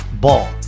Ball